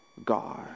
God